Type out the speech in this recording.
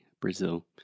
Brazil